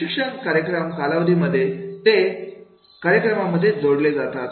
प्रशिक्षण कार्यक्रम कालावधीमध्ये ते कार्यक्रमांमध्ये जोडले जातात